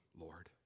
Lord